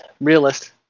realist